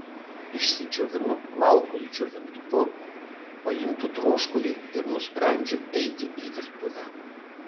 išsidžiovinu plaukus džiovintuvu pajuntu troškulį ir nusprendžiu eiti į virtuvę